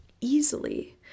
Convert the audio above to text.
easily